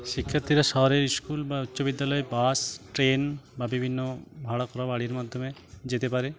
শিক্ষার্থীরা শহরের স্কুল বা উচ্চ বিদ্যালয়ে বাস ট্রেন বা বিভিন্ন ভাড়া করা গাড়ির মাধ্যমে যেতে পারে